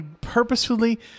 purposefully